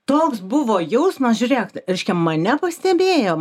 toks buvo jausmas žiūrėk reiškia mane pastebėjo